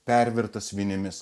pervertas vinimis